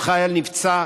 עוד חייל נפצע,